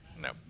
No